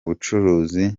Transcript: bucuruzi